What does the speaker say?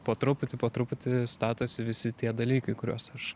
po truputį po truputį statosi visi tie dalykai kuriuos aš